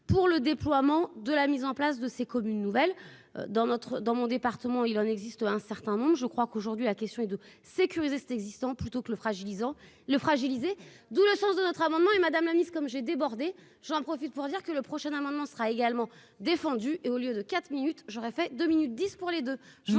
pour le déploiement. De la mise en place de ces communes nouvelles dans notre dans mon département, il en existe un certain nombre de je crois qu'aujourd'hui la question est de sécuriser cette existant plutôt que le fragilisant. Le fragiliser, d'où le sens de notre amendement et Madame comme j'ai débordé, j'en profite pour dire que le prochain amendement sera également défendu et au lieu de 4 minutes, j'aurais fait deux minutes 10 pour les deux.